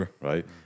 right